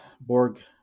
Borg